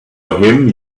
him